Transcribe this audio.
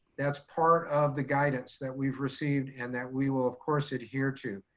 that's part of the guidance that we've received and that we will of course adhere to.